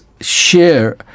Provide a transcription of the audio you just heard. share